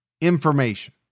information